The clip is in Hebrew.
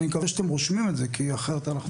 אני מקווה שאתם רושמים את זה כי אחרת אני